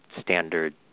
standard